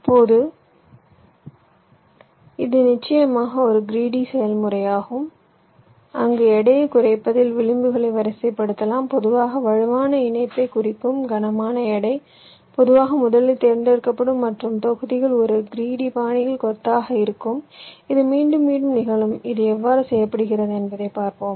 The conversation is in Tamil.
இப்போது இது நிச்சயமாக ஒரு கிரீடி செயல்முறையாகும் அங்கு எடையைக் குறைப்பதில் விளிம்புகளை வரிசைப்படுத்தலாம் பொதுவாக வலுவான இணைப்பைக் குறிக்கும் கனமான எடை பொதுவாக முதலில் தேர்ந்தெடுக்கப்படும் மற்றும் தொகுதிகள் ஒரு கிரீடி பாணியில் கொத்தாக இருக்கும் இது மீண்டும் மீண்டும் நிகழும் இது எவ்வாறு செய்யப்படுகிறது என்பதை பார்ப்போம்